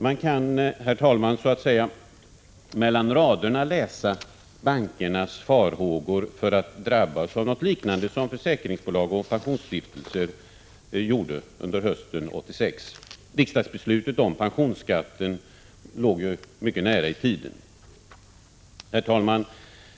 Man kan, herr talman, så att säga mellan raderna läsa bankernas farhågor för att drabbas av något liknande som försäkringsbolag och pensionsstiftelser drabbades av under hösten 1986. Riksdagsbeslutet om pensionskatten låg ju mycket nära i tiden. Herr talman!